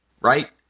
right